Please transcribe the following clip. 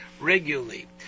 regularly